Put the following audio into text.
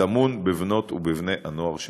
הטמון בבנות ובבני הנוער שלנו.